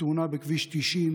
בתאונה בכביש 90,